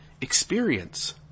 experience